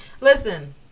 listen